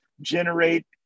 generate